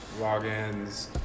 logins